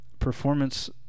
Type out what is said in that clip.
performance